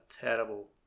terrible